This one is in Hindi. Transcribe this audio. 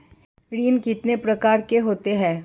ऋण कितने प्रकार के होते हैं?